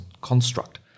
construct